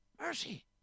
mercy